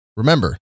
Remember